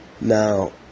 Now